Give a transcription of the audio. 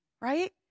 Right